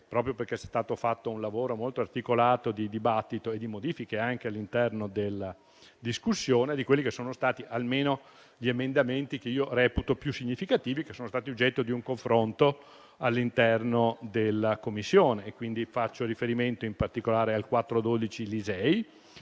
proprio perché è stato fatto un lavoro molto articolato di dibattito e di modifiche all'interno della discussione, almeno degli emendamenti che reputo più significativi e che sono stati oggetto di un confronto all'interno della Commissione. Faccio riferimento in particolare all'emendamento